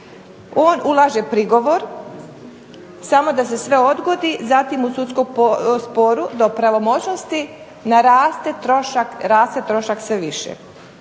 on ulaže prigovor samo da se sve odgodi, zatim u sudskom sporu do pravomoćnosti naraste trošak sve više.